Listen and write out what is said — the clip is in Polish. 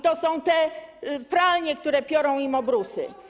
To są te pralnie, które piorą im obrusy.